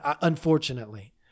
unfortunately